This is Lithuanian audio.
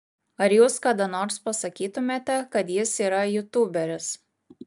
ar jūs kada nors pasakytumėte kad jis yra jūtūberis